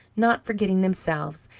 not forgetting themselves,